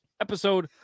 Episode